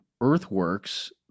earthworks